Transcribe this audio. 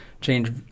change